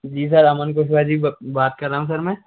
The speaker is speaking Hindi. जी सर अमन बात कर रहा हूँ मैं